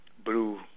blue